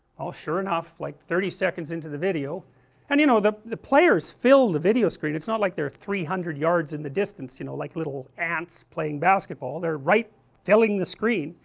well, sure enough, like thirty seconds into the video and, you know, the the players fill the video screen, it's not like they are three hundred yards in the distance, you know, like little ants playing basketball, they're right filling the screen,